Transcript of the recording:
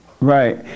Right